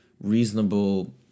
reasonable